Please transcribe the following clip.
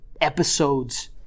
episodes